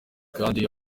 kandi